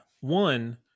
one